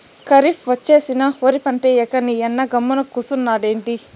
కరీఫ్ ఒచ్చేసినా ఒరి పంటేయ్యక నీయన్న గమ్మున కూసున్నాడెంది